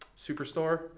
Superstore